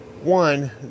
one